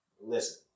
Listen